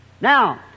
Now